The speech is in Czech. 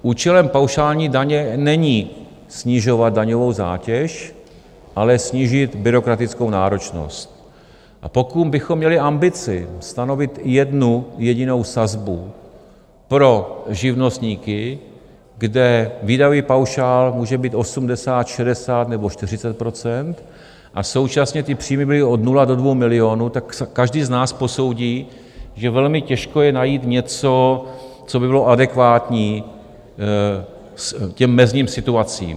Účelem paušální daně není snižovat daňovou zátěž, ale snížit byrokratickou náročnost, a pokud bychom měli ambici stanovit jednu jedinou sazbu pro živnostníky, kde výdajový paušál může být 80, 60 nebo 40 %, a současně ty příjmy byly od 0 do 2 milionů, tak každý z nás posoudí, že velmi těžko je najít něco, co by bylo adekvátní těm mezním situacím.